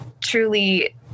truly